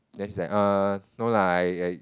then she's like err no ah I I